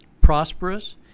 prosperous